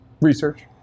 Research